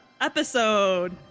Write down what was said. episode